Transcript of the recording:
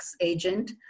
agent